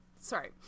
sorry